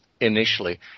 initially